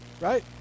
right